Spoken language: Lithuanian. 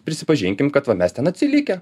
prisipažinkim kad va mes ten atsilikę